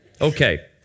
Okay